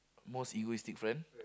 most egoistic friend